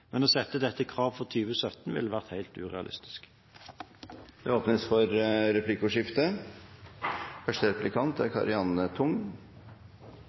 Men å sette dette kravet for 2017 ville vært helt urealistisk. Det blir replikkordskifte. Det er